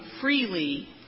freely